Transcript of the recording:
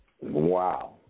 Wow